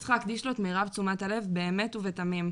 וצריך להקדיש לו את מירב תשומת הלב באמת ובתמים.